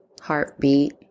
heartbeat